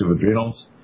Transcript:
adrenals